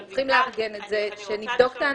אנחנו צריכים לארגן את זה שנבדוק את האנשים,